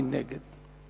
מי נגד?